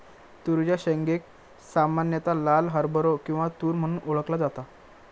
तुरीच्या शेंगेक सामान्यता लाल हरभरो किंवा तुर म्हणून ओळखला जाता